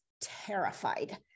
terrified